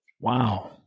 Wow